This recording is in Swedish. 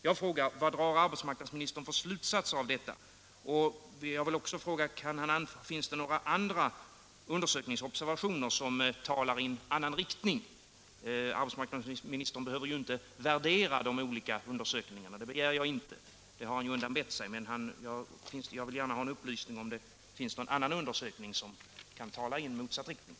Jag frågar: Vad drar arbetsmarknadsministern för slutsatser av detta? Jag vill också fråga: Finns det några andra observationer som går i en annan riktning? Arbetsmarknadsministern behöver ju inte värdera de olika undersökningarna — det begär jag inte; det har han undanbett sig. Men jag vill gärna ha en upplysning om det finns någon annan undersökning som talar mot de här resultaten.